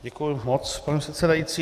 Děkuji moc, pane předsedající.